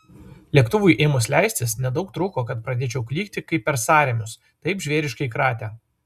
lėktuvui ėmus leistis nedaug trūko kad pradėčiau klykti kaip per sąrėmius taip žvėriškai kratė